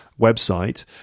website